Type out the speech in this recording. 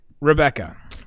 Rebecca